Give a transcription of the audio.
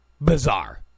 bizarre